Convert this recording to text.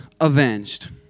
avenged